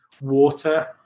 water